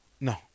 No